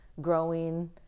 growing